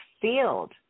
field